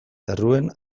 erroan